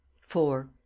four